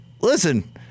listen